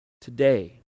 today